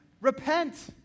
repent